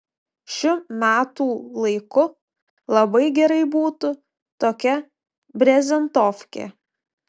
šiu metų laiku labai gerai būtų tokia brezentofkė